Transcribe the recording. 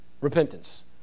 repentance